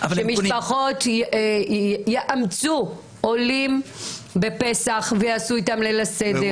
שמשפחות יאמצו עולים בפסח ויעשו איתם ליל הסדר.